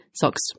socks